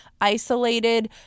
isolated